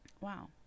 Wow